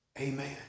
Amen